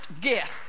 gift